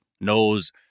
knows